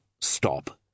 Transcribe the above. Stop